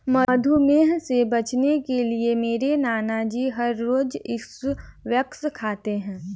मधुमेह से बचने के लिए मेरे नानाजी हर रोज स्क्वैश खाते हैं